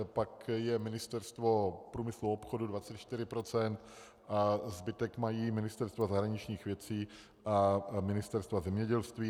Pak je Ministerstvo průmyslu a obchodu 24 %, zbytek mají Ministerstvo zahraničních věcí a Ministerstvo zemědělství.